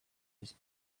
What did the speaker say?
his